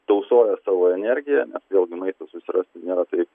tausoja savo energiją nes vėlgi maisto susirasti nėra taip